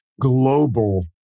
global